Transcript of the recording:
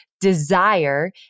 desire